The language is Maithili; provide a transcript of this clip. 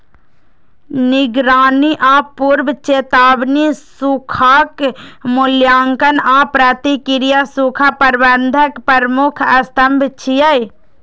निगरानी आ पूर्व चेतावनी, सूखाक मूल्यांकन आ प्रतिक्रिया सूखा प्रबंधनक प्रमुख स्तंभ छियै